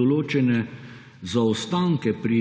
določene zaostanke pri